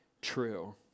true